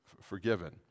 forgiven